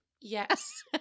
Yes